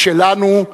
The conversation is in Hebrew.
היא שלנו,